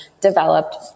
developed